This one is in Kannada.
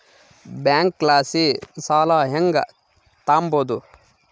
ಬ್ಯಾಂಕಲಾಸಿ ಸಾಲ ಹೆಂಗ್ ತಾಂಬದು?